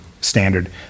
standard